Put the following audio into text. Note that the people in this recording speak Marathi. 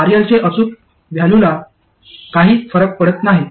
RL चे अचूक व्हॅल्युला काही फरक पडत नाही